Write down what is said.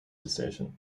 decision